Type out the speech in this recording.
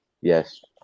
yes